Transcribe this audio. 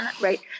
Right